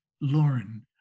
Lauren